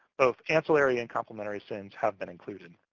both ancillary and complementary sin's have been included.